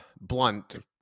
blunt